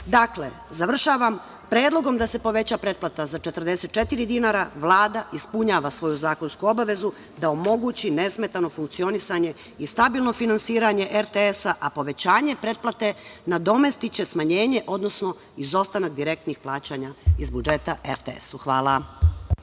što moraju. Dakle, predlogom da se poveća pretplata za 44 dinara, Vlada ispunjava svoju zakonsku obavezu da omogući nesmetano funkcionisanje i stabilno finansiranje RTS-a, a povećanje pretplate nadomestiće smanjenje, odnosno izostanak direktnih plaćanja iz budžeta RTS-u. Hvala.